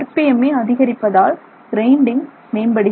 M I அதிகரிப்பதால் grinding மேம்படுகிறது